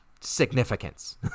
significance